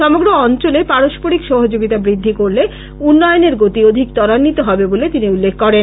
সমগ্র অঞ্চলে পারস্পরিক সহযোগিতা বৃদ্ধি করলে উন্নয়নের গতি অধিক ত্বরান্নিত হবে বলেও তিনি উল্লেখ করেন